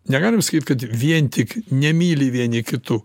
negalim sakyt kad vien tik nemyli vieni kitų